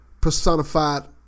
Personified